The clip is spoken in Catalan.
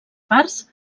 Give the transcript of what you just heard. parts